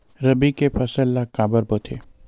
रबी के फसल ला काबर बोथे?